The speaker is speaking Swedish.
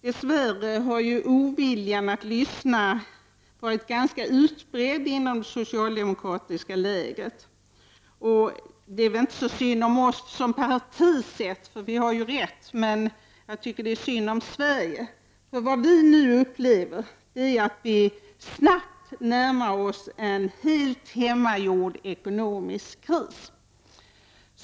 Dess värre har ju oviljan inom det socialdemokratiska lägret att lyssna varit ganska utbredd. Det är väl inte så synd om oss som parti. Vi har ju rätt, men jag tycker att det är synd om Sverige. Vad vi nu upplever är att vi snabbt närmar oss en helt hemmagjord ekonomisk kris.